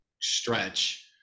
stretch